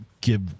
give